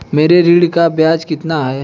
मेरे ऋण का ब्याज कितना है?